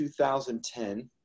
2010